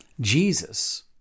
Jesus